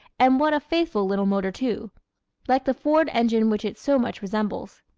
and what a faithful little motor too like the ford engine which it so much resembles.